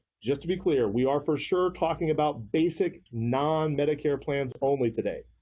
just to be clear, we are for sure talking about basic, non-medicare plans only today.